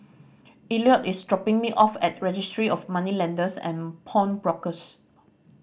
Elliott is dropping me off at Registry of Moneylenders and Pawnbrokers